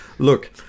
Look